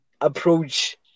Approach